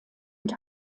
und